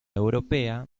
europea